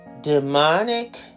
demonic